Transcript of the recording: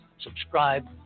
subscribe